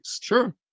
Sure